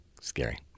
Scary